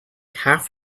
have